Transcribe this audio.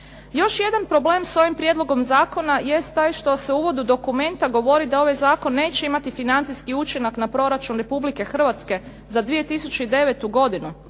Još jedan problem s ovim prijedlogom zakona jest taj što se u uvodu dokumenta govori da ovaj zakon neće imati financijski učinak na Proračun Republike Hrvatske za 2009. godinu